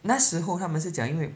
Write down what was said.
那时候他们是讲因为